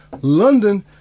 London